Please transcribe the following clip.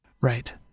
right